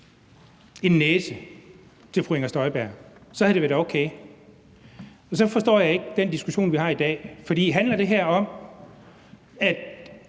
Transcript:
en næse til fru Inger Støjberg, så havde det været okay. Men så forstår jeg ikke den diskussion, vi har i dag. For handler det her om, at